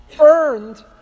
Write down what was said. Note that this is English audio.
earned